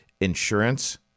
insurance